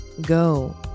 go